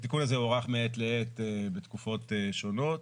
הוארך מעת לעת בתקופות שונות,